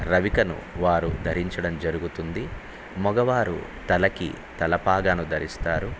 రవికను వారు ధరించడం జరుగుతుంది మగవారు తలకి తల పాగాను ధరిస్తారు